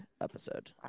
episode